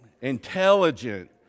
intelligent